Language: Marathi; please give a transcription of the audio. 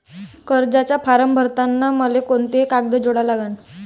कर्जाचा फारम भरताना मले कोंते कागद जोडा लागन?